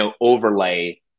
overlay